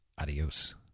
Adios